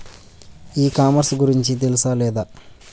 ఈ కామర్స్ గురించి తెలుసా లేదా?